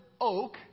oak